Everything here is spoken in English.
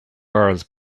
girls